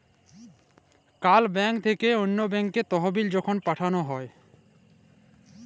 call bank থ্যাইকে অল্য ব্যাংকে তহবিল যখল পাঠাল হ্যয়